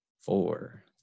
Four